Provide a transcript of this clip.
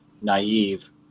naive